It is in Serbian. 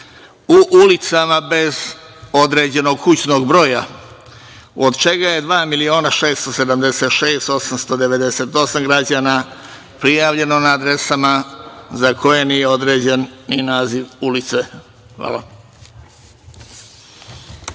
u ulicama bez određenog kućnog broja, od čega je 2.676.898 građana prijavljeno na adresama za koje nije određen ni naziv ulice. Hvala.